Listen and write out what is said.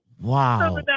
Wow